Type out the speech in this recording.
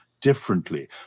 differently